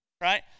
Right